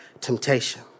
temptation